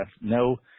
no